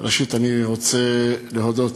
ראשית, אני רוצה להודות